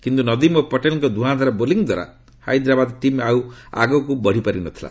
କିନ୍ତୁ ନଦିମ୍ ଓ ପଟେଲ୍ଙ୍କ ଧ୍ରଆଁଧାର ବୋଲିଂ ଦ୍ୱାରା ହାଇଦ୍ରାବାଦ ଟିମ୍ ଆଉ ଆଗକୁ ବଢ଼ିପାରି ନ ଥିଲା